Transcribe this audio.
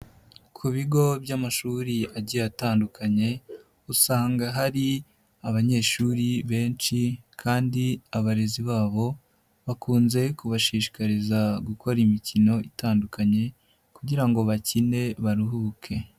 Ku bigo by'amashuri agiye atandukanye usanga hari abanyeshuri benshi kandi abarezi babo bakunze kubashishikariza gukora imikino itandukanye kugira ngo bakine baruhuke.